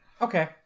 Okay